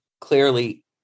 Clearly